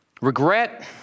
regret